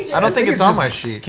i don't think it's on my sheet.